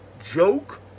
joke